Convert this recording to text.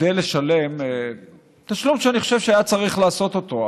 כדי לשלם תשלום שאני חושב שהיה צריך לעשות אותו.